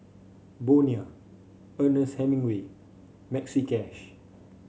Bonia Ernest Hemingway Maxi Cash